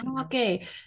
Okay